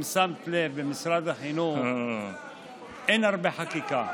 אם שמת לב, במשרד החינוך אין הרבה חקיקה.